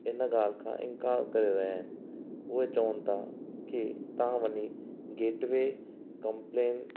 इन ॻाल्हि खां इनकार करे रहिया आहिनि उहे चवनि था की तव्हां वञी गेटवे कंप्लेन